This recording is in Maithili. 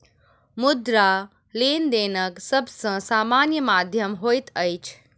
मुद्रा, लेनदेनक सब सॅ सामान्य माध्यम होइत अछि